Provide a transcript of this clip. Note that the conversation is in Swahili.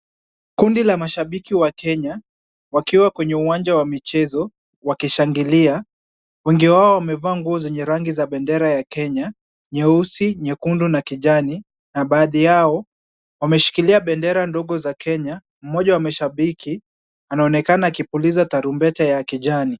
Kundi la mashabiki wa Kenya wakiwa kwenye uwanja wa michezo wakishangilia. Wengi wao wamevaa ngup zenye rangi ya bendera ya Kenya; nyeusi, nyekundu na kijani na baadhi yao wameshikilia bendera ndogo za Kenya .Mmoja wa mashabiki anaonekana akipuliza tarumbeta ya kijani.